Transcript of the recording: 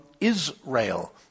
Israel